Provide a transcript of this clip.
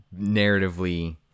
narratively